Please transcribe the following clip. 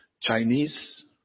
Chinese